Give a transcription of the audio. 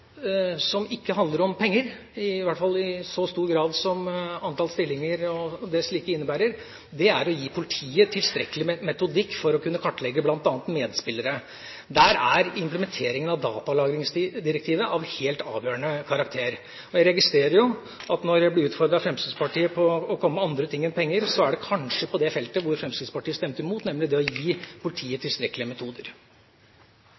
som ikke handler om penger, i hvert fall ikke i så stor grad som antall stillinger og dess like innebærer, er å gi politiet tilstrekkelig metodikk for å kunne kartlegge bl.a. medspillere. Der er implementeringen av datalagringsdirektivet av helt avgjørende karakter. Jeg registrerer jo at når jeg blir utfordret av Fremskrittspartiet på å komme med andre ting enn penger, så er det kanskje på det feltet hvor Fremskrittspartiet stemte imot, nemlig det å gi politiet